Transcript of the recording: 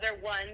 one